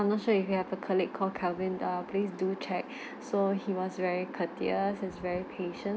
I'm not sure if you can have a colleague called kelvin the please do check so he was very courteous he's very patient